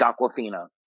Aquafina